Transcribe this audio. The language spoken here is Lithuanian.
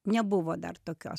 nebuvo dar tokios